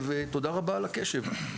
ותודה רבה על הקשב.